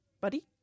buddy